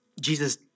Jesus